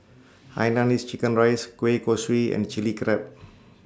Hainanese Chicken Rice Kueh Kosui and Chili Crab